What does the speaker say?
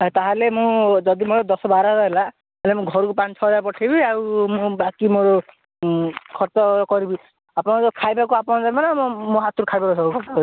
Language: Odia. ତାହେଲେ ମୁଁ ଯଦି ମୋର ଦଶ ବାର ହଜାର ହେଲା ତାହେଲେ ମୁଁ ଘରକୁ ପାଞ୍ଚ ଛଅହଜାର ପଠେଇବି ଆଉ ମୁଁ ବାକି ମୋର ଖର୍ଚ୍ଚ କରିବି ଆପଣ ଯୋଉ ଖାଇବା କୁ ଆପଣ ଦେବେ ନା ମୋ ହାତରୁ ଖାଇବା ସବୁ ଖର୍ଚ୍ଚ